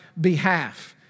behalf